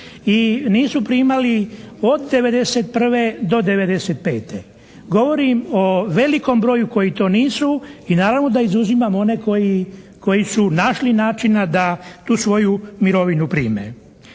i nisu primali od 91. do 95. Govorim o velikom broju koji to nisu i naravno da izuzimam one koji su našli načina da tu svoju mirovinu prime.